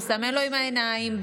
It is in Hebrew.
מסמן לו עם העיניים,